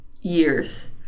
years